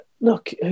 look